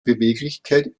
beweglichkeit